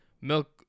milk